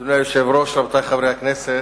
אדוני היושב-ראש, רבותי חברי הכנסת,